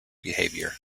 behavior